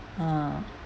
ah